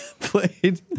Played